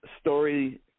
story